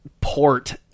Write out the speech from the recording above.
port